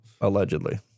Allegedly